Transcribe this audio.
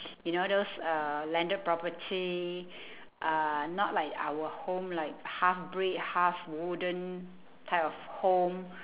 you know those uh landed property uh not like our home like half brick half wooden type of home